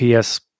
ps